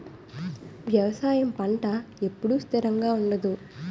వ్యవసాయం పంట ఎప్పుడు స్థిరంగా ఉండదు